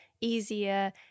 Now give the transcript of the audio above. easier